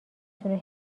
تون